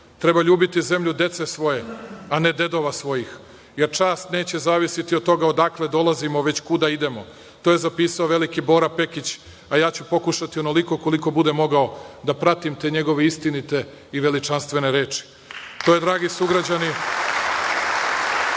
Treba ljubiti zemlju dece svoje, a ne dedova svojih, jer čast neće zavisiti od toga odakle dolazimo, već kuda idemo.“ To je zapisao veliki Bora Pekić, a ja ću pokušati onoliko koliko budem mogao da pratim te njegove istinite i veličanstvene reči. To je, dragi sugrađani,